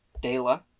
Dela